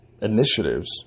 initiatives